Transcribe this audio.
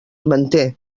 manté